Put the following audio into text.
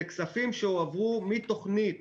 אלה כספים שהועברו מתוכנית